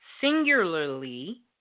Singularly